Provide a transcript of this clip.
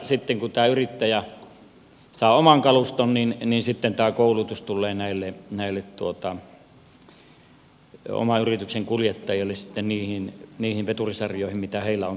sitten kun tämä yrittäjä saa oman kaluston tämä koulutus tulee näille oman yrityksen kuljettajille niihin veturisarjoihin mitkä heillä on käytettävissä